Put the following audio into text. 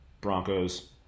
Broncos